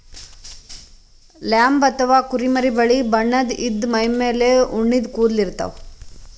lamb ಅಥವಾ ಕುರಿಮರಿ ಬಿಳಿ ಬಣ್ಣದ್ ಇದ್ದ್ ಮೈಮೇಲ್ ಉಣ್ಣಿದ್ ಕೂದಲ ಇರ್ತವ್